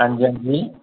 हां जी हां जी